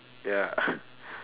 ya